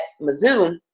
Mizzou